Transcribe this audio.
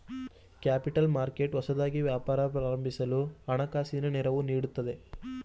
capital market ಹೊಸದಾಗಿ ವ್ಯಾಪಾರ ಪ್ರಾರಂಭಿಸಲು ಹಣಕಾಸಿನ ನೆರವು ನೀಡುತ್ತದೆ